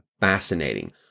fascinating